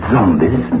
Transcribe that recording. Zombies